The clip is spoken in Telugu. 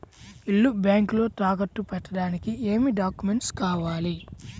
ఇల్లు బ్యాంకులో తాకట్టు పెట్టడానికి ఏమి డాక్యూమెంట్స్ కావాలి?